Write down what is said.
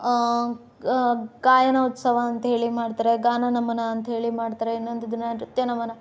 ಗಾಯನೋತ್ಸವ ಅಂತ ಹೇಳಿ ಮಾಡ್ತಾರೆ ಗಾನ ನಮನ ಅಂಥೇಳಿ ಮಾಡ್ತಾರೆ ಇನ್ನೊಂದು ದಿನ ನೃತ್ಯ ನಮನ